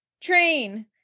train